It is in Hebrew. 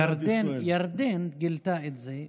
ירדן גילתה את זה.